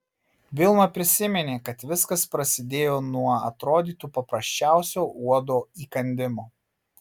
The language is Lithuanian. vilma prisiminė kad viskas prasidėjo nuo atrodytų paprasčiausio uodo įkandimo